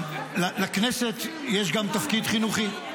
לכנסת יש גם תפקיד חינוכי.